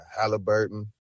Halliburton